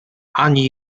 ani